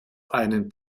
einen